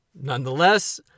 Nonetheless